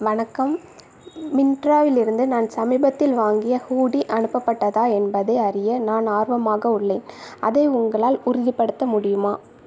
வணக்கம் மிந்திராவிலிருந்து நான் சமீபத்தில் வாங்கிய ஹூடி அனுப்பப்பட்டதா என்பதை அறிய நான் ஆர்வமாக உள்ளேன் அதை உங்களால் உறுதிப்படுத்த முடியுமா